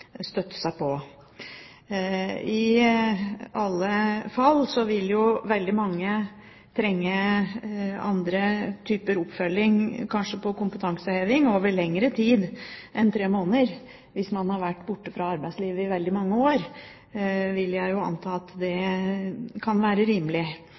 støtte seg til. I alle fall vil veldig mange trenge andre typer oppfølging, kanskje kompetanseheving, over lengre tid enn tre måneder. Hvis man har vært borte fra arbeidslivet i veldig mange år, vil jeg anta at det kan være rimelig.